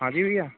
हाँ जी भैया